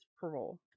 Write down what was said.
parole